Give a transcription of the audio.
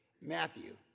Matthew